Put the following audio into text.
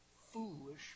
foolish